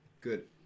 good